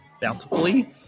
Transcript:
bountifully